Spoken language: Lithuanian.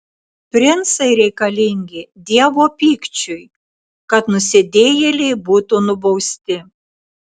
princai reikalingi dievo pykčiui kad nusidėjėliai būtų nubausti